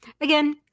Again